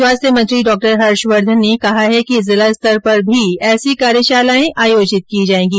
स्वास्थ्य मंत्री डॉक्टर हर्षवर्धन ने कहा है कि जिला स्तर पर भी ऐसी कार्यशालाएं आयोजित की जाएंगी